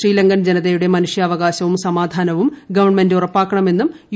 ശ്രീലങ്കൻ ജനതയുടെ മനുഷ്യാവകാശവും സമാധാനവും ഗവൺമെന്റ് ഉറപ്പാക്കണമെന്നും യു